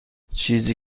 چیزی